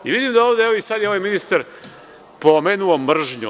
Vidim da ovde, evo i sada je ovaj ministar pomenuo mržnju.